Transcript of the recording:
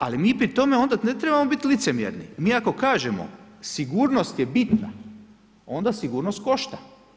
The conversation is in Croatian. Ali mi pri tome onda ne trebamo licemjerni, mi ako kažemo „sigurnost je bitna“, onda sigurnost košta.